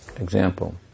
Example